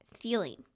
feeling